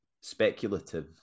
speculative